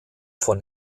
von